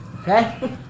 Okay